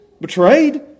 betrayed